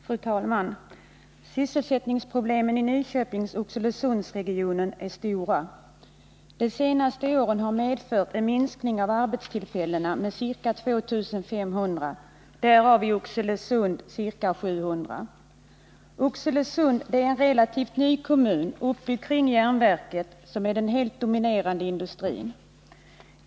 Fru talman! Sysselsättningsproblemen i Nyköpingsoch Oxelösundsregionerna är stora. De senaste åren har medfört en minskning av arbetstillfällena med ca 2 500, därav i Oxelösund ca 700. Oxelösund är en relativt ny kommun uppbyggd kring järnverket, som är en helt dominerande industri.